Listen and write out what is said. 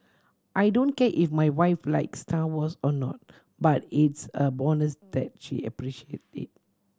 I don't care if my wife likes Star Wars or not but it's a bonus that she appreciates it